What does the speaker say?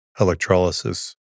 electrolysis